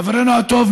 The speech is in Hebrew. חברנו הטוב,